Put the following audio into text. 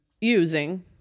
Using